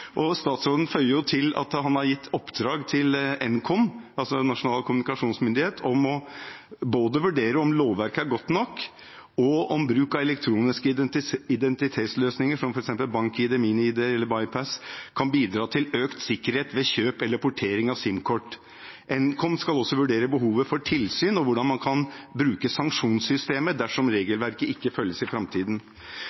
Statsråden føyer til at han har gitt oppdrag til Nkom, altså Nasjonal kommunikasjonsmyndighet, både om å vurdere om lovverket er godt nok, og om bruk av elektronisk identitetsløsninger som f.eks. BankID, MinID eller Buypass ID kan bidra til økt sikkerhet ved kjøp eller portering av SIM-kort. Nkom skal også vurdere behovet for tilsyn og hvordan man kan bruke sanksjonssystemet dersom